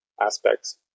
aspects